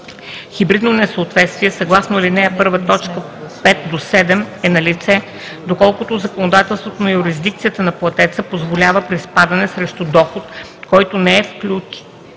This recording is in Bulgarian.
Хибридно несъответствие съгласно ал. 1, т. 5 – 7 е налице, доколкото законодателството на юрисдикцията на платеца позволява приспадане срещу доход, който не е двойно